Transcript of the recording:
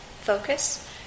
focus